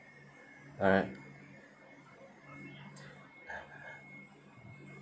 alright